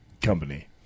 company